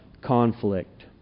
conflict